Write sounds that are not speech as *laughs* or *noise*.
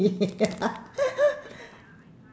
*laughs*